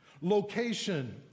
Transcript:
location